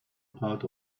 part